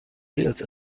fields